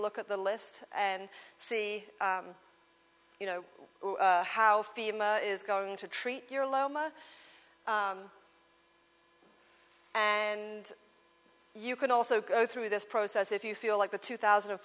look at the list and see you know how it is going to treat your loma and you can also go through this process if you feel like the two thousand and